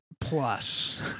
plus